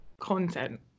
content